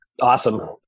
Awesome